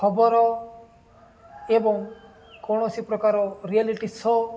ଖବର ଏବଂ କୌଣସି ପ୍ରକାର ରିଆଲିଟି ସୋ